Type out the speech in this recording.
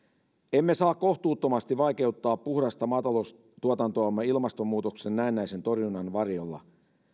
emme saa kohtuuttomasti vaikeuttaa puhdasta maataloustuotantoamme ilmastonmuutoksen näennäisen torjunnan varjolla